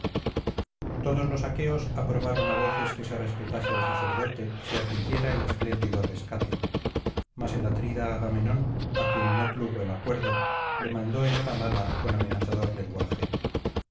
todos los aqueos aprobaron á voces que se respetase al sacerdote y se admitiera el espléndido rescate mas el atrida agamenón á quien no plugo el acuerdo le mandó enhoramala con amenazador lenguaje